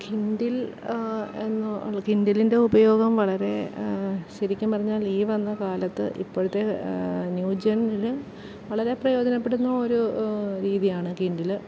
Kindle എന്ന കിൻഡിലിൻ്റെ ഉപയോഗം വളരെ ശരിക്കും പറഞ്ഞാല് ഈ വന്ന കാലത്ത് ഇപ്പോഴത്തെ ന്യൂജെന്നിനു വളരെ പ്രയോജനപ്പെടുന്ന ഒരു രീതിയാണ് കിൻഡില്